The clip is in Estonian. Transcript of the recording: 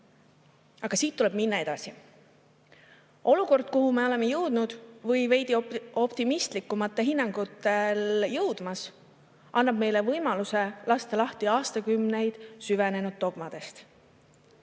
Aga siit tuleb edasi minna. Olukord, kuhu me oleme jõudnud või veidi optimistlikumatel hinnangutel jõudmas annab meile võimaluse lasta lahti aastakümneid süvenenud dogmadest.